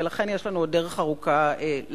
ולכן, יש לנו עוד דרך ארוכה לעשות.